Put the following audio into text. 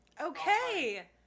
Okay